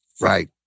Right